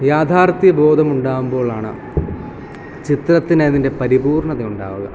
യാഥാർഥ്യ ബോധം ഉണ്ടാകുമ്പോഴാണ് ചിത്രത്തിന് അതിൻ്റെ പരിപൂർണത ഉണ്ടാവുക